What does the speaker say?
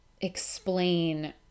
explain